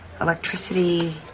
electricity